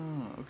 okay